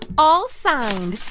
and all signed.